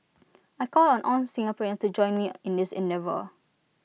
I call on all Singaporeans to join me in this endeavour